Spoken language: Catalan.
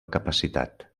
capacitat